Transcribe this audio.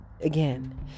again